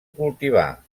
cultivar